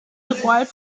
required